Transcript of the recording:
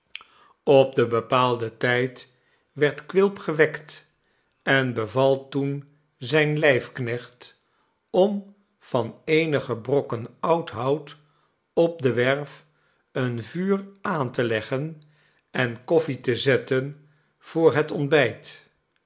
op den bepaalden tijd werd quilp gewekt en beval toen zijn lijfknecht om van eenige brokken oud hout op de werf een vuur aan te leggen en koffle te zetten voor het ontbijt